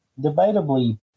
debatably